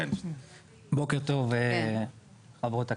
בוקר טוב חברות הכנסת,